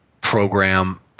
program